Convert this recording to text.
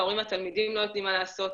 ההורים והתלמידים לא יודעים מה לעשות.